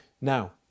Now